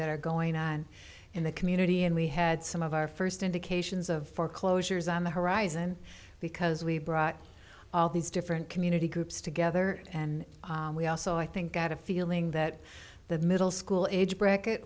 that are going on in the community and we had some of our first indications of foreclosures on the horizon because we brought all these different community groups together and we also i think got a feeling that the middle school age bracket